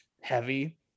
heavy